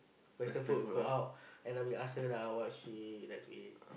western food go out and then we ask her lah what she like to eat